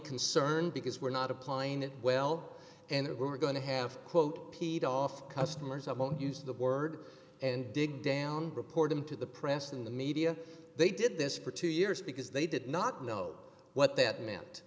concerned because we're not applying it well and we're going to have quote peed off customers i won't use the word and dig down reporting to the press in the media they did this for two years because they did not know what